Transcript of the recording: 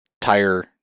tire